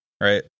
Right